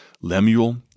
Lemuel